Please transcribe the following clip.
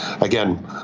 again